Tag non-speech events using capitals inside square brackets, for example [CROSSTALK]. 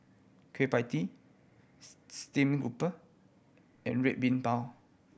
Kueh Pie Tee [UNINTELLIGIBLE] steamed grouper and Red Bean Bao